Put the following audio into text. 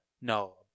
No